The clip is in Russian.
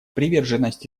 приверженность